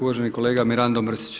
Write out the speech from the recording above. Uvaženi kolega Mirando Mrsić.